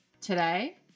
today